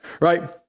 right